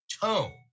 tone